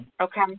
Okay